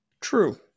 True